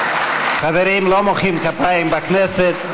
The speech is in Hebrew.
חברים, לא מוחאים כפיים בכנסת.